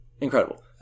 Incredible